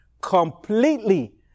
completely